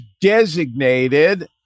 designated